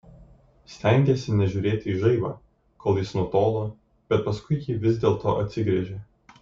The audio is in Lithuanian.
stengėsi nežiūrėti į žaibą kol jis nutolo bet paskui jį vis dėlto atsigręžė